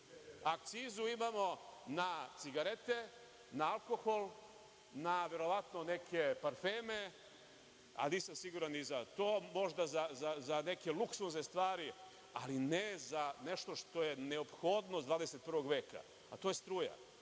Akcizu imamo na cigarete, na alkohol, na verovatno neke parfeme, ali nisam siguran za to, možda za neke luksuzne stvari, ali ne za nešto što je neophodnost 21. veka, a to je struja.